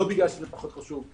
לא בגלל שזה פחות חשוב,